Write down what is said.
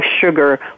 sugar